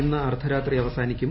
ഇന്ന് അർദ്ധരാത്രി അവസാനിക്കും